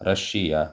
Russia